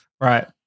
Right